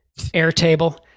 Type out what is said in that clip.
Airtable